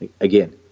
again